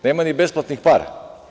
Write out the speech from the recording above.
Nema ni besplatnih para.